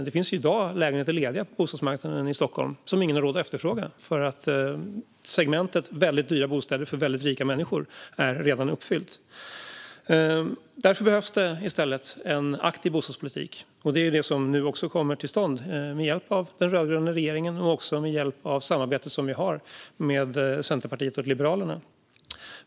Det finns i dag lediga lägenheter på bostadsmarknaden i Stockholm som ingen har råd att efterfråga, för segmentet väldigt dyra bostäder för väldigt rika människor är redan uppfyllt. Därför behövs det i stället en aktiv bostadspolitik. Det är också det som nu kommer till stånd med hjälp av den rödgröna regeringen och det samarbete som vi har med Centerpartiet och Liberalerna.